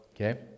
Okay